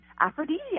aphrodisiac